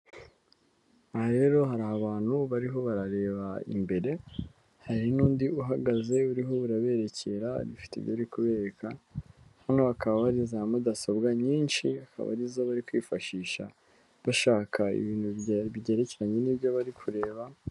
Aha rero, hari abantu bariho bareba imbere. Hari n’undi uhagaze, uri kubarerekera ibintu afite icyo bibereka. Hano, hari za mudasobwa nyinshi, abazikoresha bari kwifashisha bashaka ibintu byerekeranye n’ibyo bari kureba.